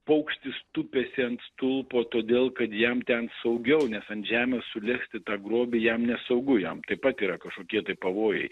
paukštis tupiasi ant stulpo todėl kad jam ten saugiau nes ant žemės sulesti tą grobį jam nesaugu jam taip pat yra kažkokie tai pavojai